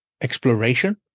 exploration